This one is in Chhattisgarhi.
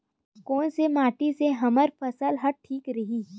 कोन से माटी से हमर फसल ह ठीक रही?